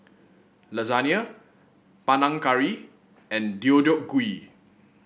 Lasagna Panang Curry and Deodeok Gui